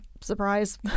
Surprise